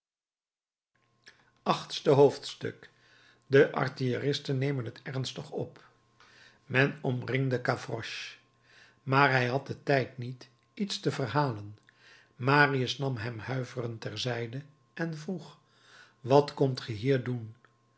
achtste hoofdstuk de artilleristen nemen het ernstig op men omringde gavroche maar hij had den tijd niet iets te verhalen marius nam hem huiverend ter zijde en vroeg wat komt ge hier doen